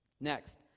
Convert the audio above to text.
Next